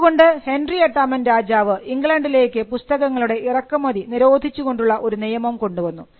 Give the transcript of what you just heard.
അതുകൊണ്ട് ഹെൻട്രി എട്ടാമൻ രാജാവ് ഇംഗ്ലണ്ടിലേക്ക് പുസ്തകങ്ങളുടെ ഇറക്കുമതി നിരോധിച്ചു കൊണ്ടുള്ള ഒരു നിയമം കൊണ്ടുവന്നു